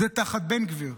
זה תחת בן גביר.